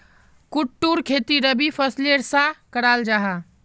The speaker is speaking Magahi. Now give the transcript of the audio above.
कुट्टूर खेती रबी फसलेर सा कराल जाहा